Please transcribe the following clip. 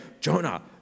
Jonah